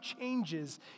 changes